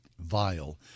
vile